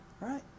right